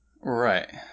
Right